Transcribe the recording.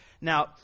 Now